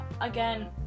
again